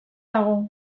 dago